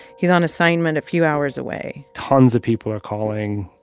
he's on assignment a few hours away tons of people are calling,